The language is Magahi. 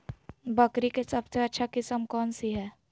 बकरी के सबसे अच्छा किस्म कौन सी है?